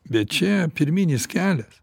bet čia pirminis kelias